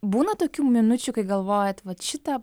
būna tokių minučių kai galvojat vat šitą